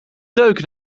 deuk